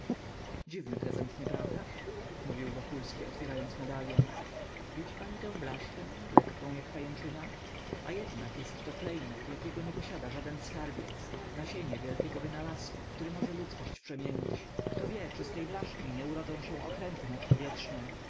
dziwny prezent nieprawdaż mówił wokulski otwierając medalion widzi pani tę blaszkę lekką jak pajęczyna a jednak jestto klejnot jakiego nie posiada żaden skarbiec nasienie wielkiego wynalazku który może ludzkość przemienić kto wie czy z tej blaszki nie urodzą się okręty nadpowietrzne